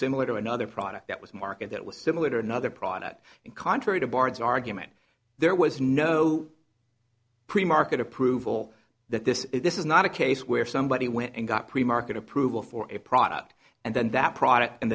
similar to another product that was market that was similar to another product and contrary to bards argument there was no premarket approval that this is this is not a case where somebody went and got premarket approval for a product and then that product and